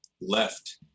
left